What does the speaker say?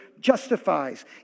justifies